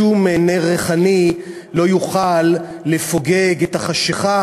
שום נר ריחני לא יוכל לפוגג את החשכה